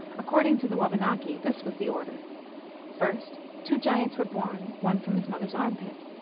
according to the wabanaki, this was the order first, two giants were born, one from his mother s armpit.